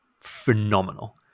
phenomenal